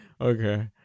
Okay